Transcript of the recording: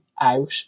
out